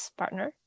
partner